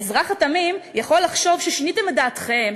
האזרח התמים יכול לחשוב ששיניתם את דעתכם,